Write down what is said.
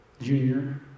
junior